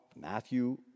Matthew